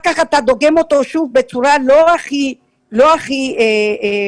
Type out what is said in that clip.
כך אתה דוגם אותו שוב בצורה לא הכי מקצועית,